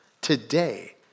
today